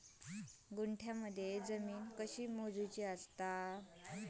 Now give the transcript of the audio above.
गुंठयामध्ये जमीन कशी मोजूची असता?